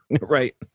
Right